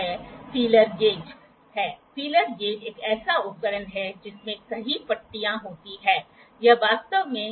33° ≠ 27° 3°1° 33°27°9°−3° 9'9' 15" 18" - 3" अब अगली बात है 9' जो आप चाहते हैं तो सीधे 9' आपके पास 9' है